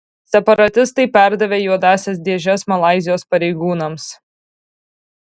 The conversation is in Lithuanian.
separatistai perdavė juodąsias dėžes malaizijos pareigūnams